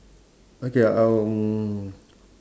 okay um